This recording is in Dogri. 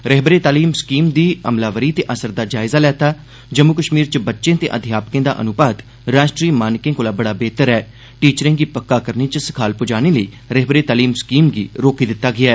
रहबरे तालीम स्कीम दी अमलावरी ते असर दा जायजा लैता जम्मू कश्मीर च बच्चें ते अध्यापकें दा अनुपात राश्ट्रीय मानके कोला बड़ा बेह्तर ऐ टीचरें गी पक्का करने च सखाल पजाने लेई रहबरे तालीम स्कीम गी रोकी दित्ता गेआ ऐ